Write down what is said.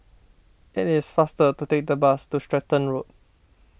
it is faster to take the bus to Stratton Road